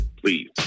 Please